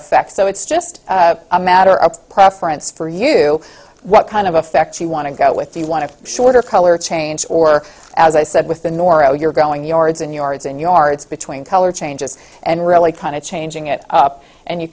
effect so it's just a matter of preference for you what kind of effect you want to go with you want to shorter color change or as i said with the noro you're going yards and yards and yards between color changes and really kind of changing it up and you